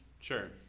Sure